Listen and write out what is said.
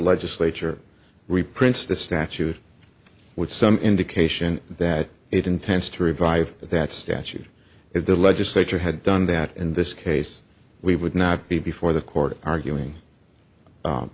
legislature reprints the statute with some indication that it intends to revive that statute if the legislature had done that in this case we would not be before the court arguing